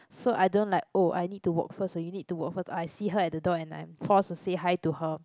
so I don't like oh I need to walk first or you need to walk first or I see her at the door and I'm forced to say hi to her